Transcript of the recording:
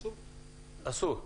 אסור.